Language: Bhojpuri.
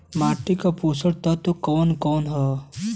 माटी क पोषक तत्व कवन कवन ह?